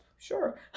Sure